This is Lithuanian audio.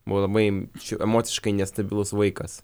buvau labai čia emociškai nestabilus vaikas